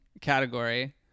category